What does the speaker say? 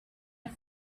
and